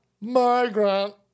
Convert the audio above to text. migrant